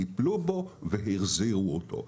טיפלו בו והחזירו אותו.